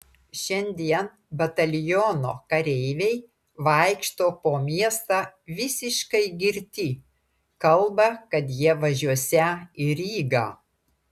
šiandien bataliono kareiviai vaikšto po miestą visiškai girti kalba kad jie važiuosią į rygą